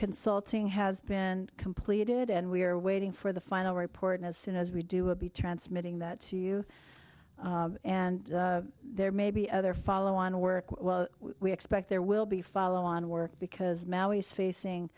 consulting has been completed and we're waiting for the final report and as soon as we do it be transmitting that to you and there may be other follow on work well we expect there will be follow on work because now he's facing